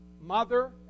Mother